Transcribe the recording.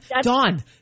Dawn